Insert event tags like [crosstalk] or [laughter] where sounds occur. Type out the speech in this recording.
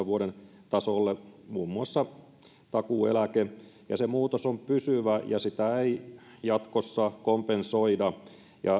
[unintelligible] vuoden kaksituhattakahdeksantoista tasolle muun muassa takuueläke se muutos on pysyvä ja sitä ei jatkossa kompensoida